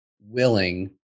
willing